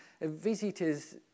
visitors